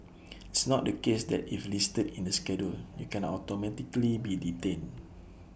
it's not the case that if listed in the schedule you can automatically be detained